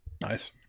Nice